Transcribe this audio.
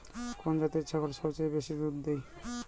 কোন জাতের ছাগল সবচেয়ে বেশি দুধ দেয়?